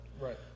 Right